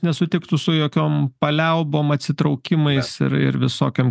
nesutiktų su jokiom paliaubom atsitraukimais ir ir visokiom